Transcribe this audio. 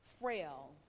frail